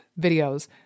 videos